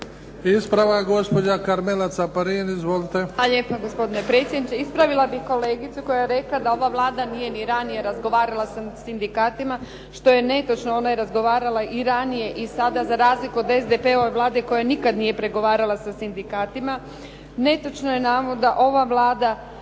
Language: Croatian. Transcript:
Ispravak, gospođa Karmela Caparin. Izvolite.